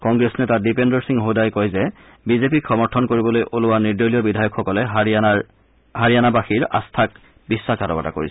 কংগ্ৰেছ নেতা দীপেন্দৰ সিং ছদাই কয় যে বিজেপিক সমৰ্থন কৰিবলৈ ওলোৱা নিৰ্দলীয় বিধায়কসকলে হাৰিয়ানাবাসীৰ আস্থাক বিশ্বাসঘাতকতা কৰিছে